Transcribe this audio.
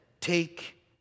take